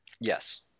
Yes